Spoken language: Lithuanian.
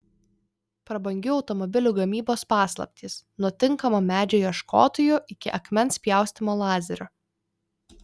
prabangių automobilių gamybos paslaptys nuo tinkamo medžio ieškotojų iki akmens pjaustymo lazeriu